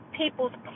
people's